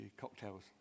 cocktails